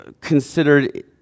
considered